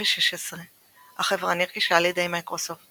2016 החברה נרכשה על ידי מיקרוסופט